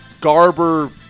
Garber